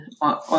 on